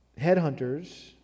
headhunters